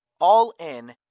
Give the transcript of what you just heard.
all-in